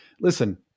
Listen